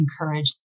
encourage